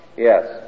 yes